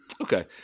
Okay